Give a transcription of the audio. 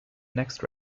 next